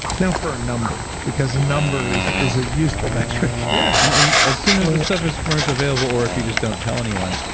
now for a number, because a number is is a useful metric yeah. and and as soon as the stuff is commercially available or if you just don't tell anyone,